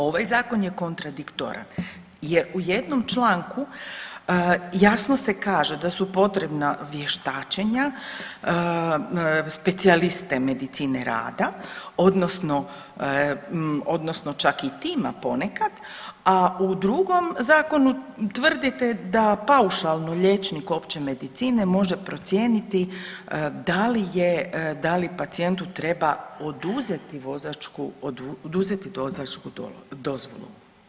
Ovaj zakon je kontradiktoran je u jednom članku jasno se kaže da su potrebna vještačenja, specijaliste medicine rada odnosno, odnosno čak i tim ponekad, a u drugom zakonu tvrdite da paušalno liječnik opće medicine može procijeniti da li je, da li pacijentu treba oduzeti vozačku, oduzeti vozačku dozvolu.